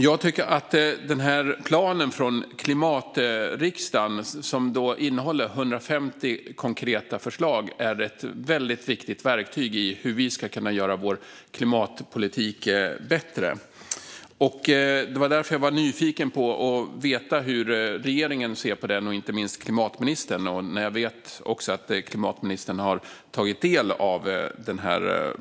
Jag tycker att planen från Klimatriksdagen, som innehåller 150 konkreta förslag, är ett väldigt viktigt verktyg för att kunna göra vår klimatpolitik bättre. Det var därför jag var nyfiken på att få veta hur regeringen och inte minst klimatministern ser på den. Nu vet jag också att klimatministern har tagit del av planen.